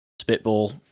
spitball